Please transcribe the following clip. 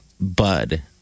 bud